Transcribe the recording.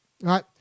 right